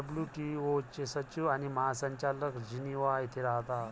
WTO सचिव आणि महासंचालक जिनिव्हा येथे राहतात